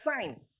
sign